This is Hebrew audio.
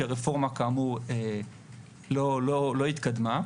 כי הרפורמה כאמור לא התקדמה.